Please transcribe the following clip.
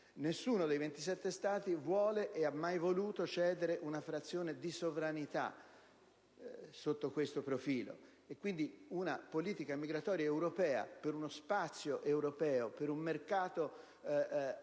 nessuno dei 27 Stati vuole e ha mai voluto cedere una frazione di sovranità sotto questo profilo. Quindi una politica migratoria europea, per uno spazio europeo, per un mercato aperto